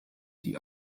die